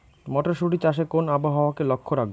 মটরশুটি চাষে কোন আবহাওয়াকে লক্ষ্য রাখবো?